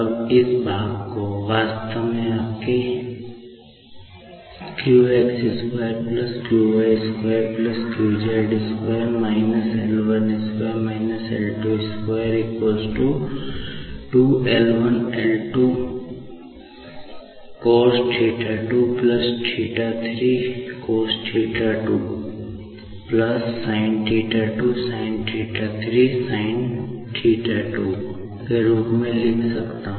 अब इस भाग को वास्तव में आपके q 2 q 2 q 2 − L2 − L2 2L L cosθ 2 θ cosθ 2 sinθ 2 θ sinθ x y z 1 2 1 2 3 3 2 में रूप में सेलिखा जा सकता है